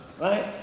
right